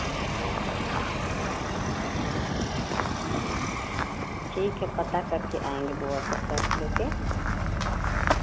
ठीक है पता करके आएँगे बउआ का सर्ट लेकर